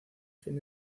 fin